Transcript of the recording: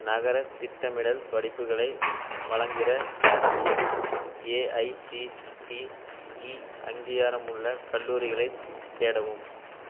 நகரத் திட்டமிடல் படிப்புகளை வழங்குகிற மற்றும் ஏஐசிடிஇ அங்கீகாரமுள்ள கல்லூரிகளைத் தேடவும்